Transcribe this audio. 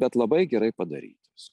bet labai gerai padarytas